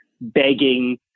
begging